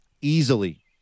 easily